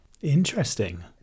Interesting